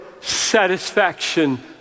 satisfaction